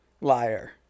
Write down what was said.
Liar